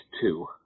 two